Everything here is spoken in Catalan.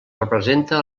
representa